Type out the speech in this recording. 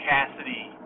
Cassidy